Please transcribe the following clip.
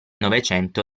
novecento